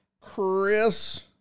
Chris